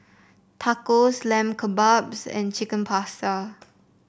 Tacos Lamb Kebabs and Chicken Pasta